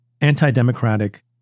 anti-democratic